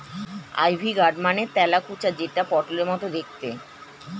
ivy gourd মানে তেলাকুচা যেটা পটলের মতো দেখতে